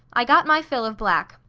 i got my fill of black.